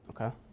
Okay